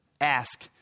ask